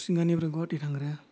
हरिसिंगानिफ्राय Guwahati थांग्राया